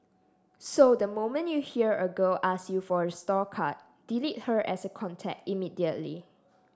so the moment you hear a girl ask you for a store card delete her as a contact immediately